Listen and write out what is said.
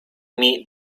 meet